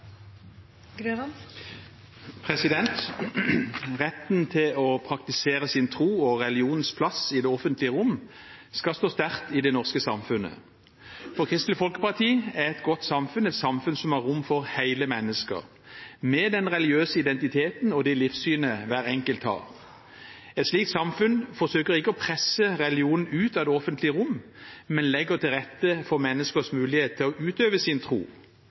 Retten til å praktisere sin tro og religionens plass i det offentlige rom skal stå sterkt i det norske samfunnet. For Kristelig Folkeparti er et godt samfunn et samfunn som har rom for hele mennesket – med den religiøse identiteten og det livssynet hver enkelt har. Et slikt samfunn forsøker ikke å presse religionen ut av det offentlige rom, men legger til rette for menneskers mulighet til å utøve sin tro,